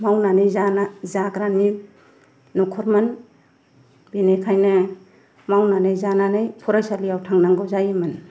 मावनानै जाग्रानि न'खरमोन बेनिखायनो मावनानै जानानै फरायसालियाव थांनांगौ जायोमोन